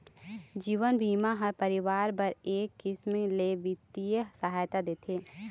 जीवन बीमा ह परिवार बर एक किसम ले बित्तीय सहायता देथे